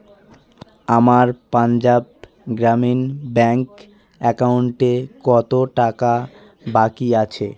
আমার পঞ্জাব গ্রামীণ ব্যাংক অ্যাকাউন্টে কত টাকা বাকি আছে